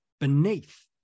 beneath